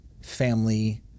family